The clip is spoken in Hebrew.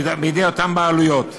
בידי אותן בעלויות.